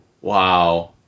Wow